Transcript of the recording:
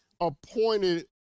appointed